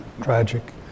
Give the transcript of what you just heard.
tragic